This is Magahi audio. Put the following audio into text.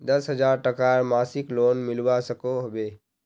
दस हजार टकार मासिक लोन मिलवा सकोहो होबे?